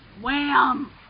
Wham